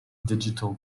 digital